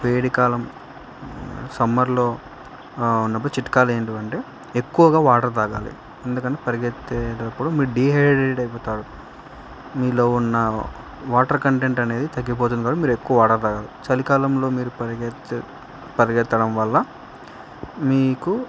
వేసవికాలం సమ్మర్లో ఉన్నప్పుడు చిట్కాలు ఏంటి అంటే ఎక్కువగా వాటర్ తాగాలి ఎందుకంటే పరిగెత్తేటప్పుడు మీరు డిహైడ్రేటెడ్ అయిపోతారు మీలో ఉన్న వాటర్ కంటెంట్ అనేది తగ్గిపోతుంది కా మీరు ఎక్కువ వాటర్ తాగాలి చలికాలంలో మీరు పరిగెత్త పరిగెత్తడం వల్ల మీకు